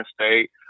State